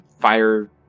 fire